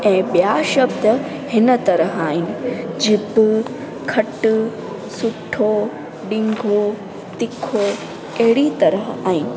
ऐं ॿिया शब्द हिन तरह आहिनि जिपूं खटु सुठो ॾिगो तिखो अहिड़ी तरह आहिनि